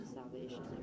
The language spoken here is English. salvation